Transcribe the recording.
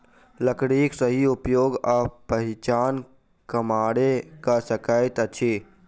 लकड़ीक सही उपयोग आ पहिचान कमारे क सकैत अछि